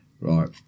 Right